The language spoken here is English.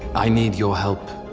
i need your help.